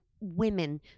women